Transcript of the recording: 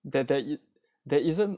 there there there isn't